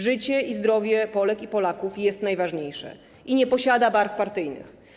Życie i zdrowie Polek i Polaków jest najważniejsze i nie posiada barw partyjnych.